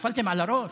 נפלתם על הראש?